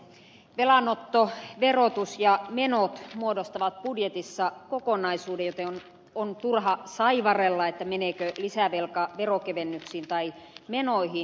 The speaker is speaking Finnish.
velanotto verotus ja menot muodostavat budjetissa kokonaisuuden joten on turha saivarrella meneekö lisävelka veronkevennyksiin tai menoihin